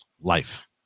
life